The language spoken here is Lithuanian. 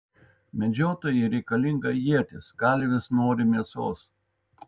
medžiotojui reikalinga ietis kalvis nori mėsos